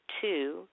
Two